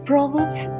Proverbs